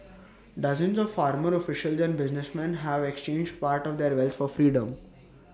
dozens of former officials and businessmen have exchanged part of their wealth for freedom